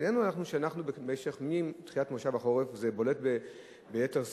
אמרנו שמתחילת מושב החורף זה בולט ביתר שאת.